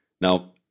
Now